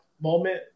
moment